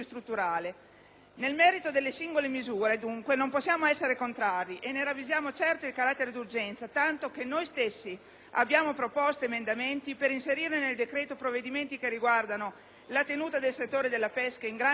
Nel merito delle singole misure, dunque, non possiamo essere contrari e ne ravvisiamo certo il carattere d'urgenza, tanto che noi stessi abbiamo proposto emendamenti per inserire nel decreto provvedimenti che riguardano la tenuta del settore della pesca in grande difficoltà,